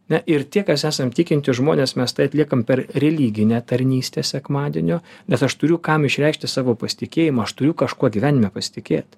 na ir tie kas esame tikintys žmonės mes tai atliekam per religinę tarnystę sekmadieniu nes aš turiu kam išreikšti savo pasitikėjimą aš turiu kažkuo gyvenime pasitikėt